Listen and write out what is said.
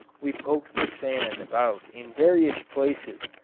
we poked the sand about in various places,